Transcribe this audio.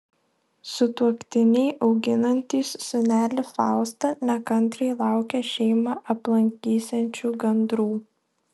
sutuoktiniai auginantys sūnelį faustą nekantriai laukia šeimą aplankysiančių gandrų